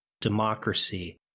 democracy